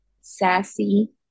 Sassy